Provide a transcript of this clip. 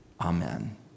Amen